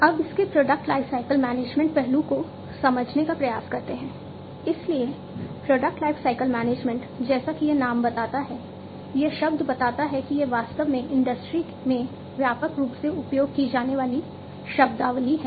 अब इसके product lifecycle management जैसा कि यह नाम बताता है यह शब्द बताता है कि यह वास्तव में इंडस्ट्री में व्यापक रूप से उपयोग की जाने वाली शब्दावली है